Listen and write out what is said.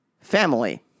family